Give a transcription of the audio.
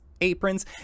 aprons